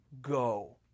go